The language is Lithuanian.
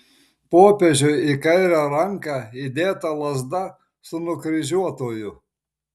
popiežiui į kairę ranką įdėta lazda su nukryžiuotuoju